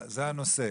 זה הנושא,